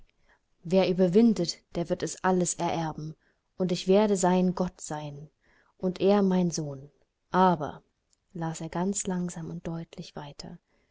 wer überwindet der wird es alles ererben und ich werde sein gott sein und er mein sohn aber las er ganz langsam und deutlich weiter